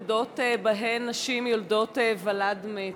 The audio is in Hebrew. לידות שבהן נשים יולדות ולד מת.